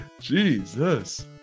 Jesus